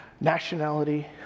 nationality